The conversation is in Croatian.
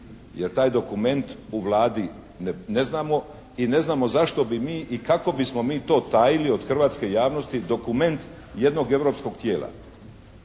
jer taj dokument u Vladi ne znamo i ne znamo zašto bi mi i kako bismo mi to tajili od hrvatske javnosti dokument jednog europskog tijela.